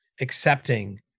accepting